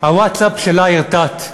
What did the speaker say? הווטסאפ שלה ירטוט,